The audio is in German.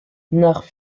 nach